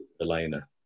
Elena